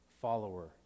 follower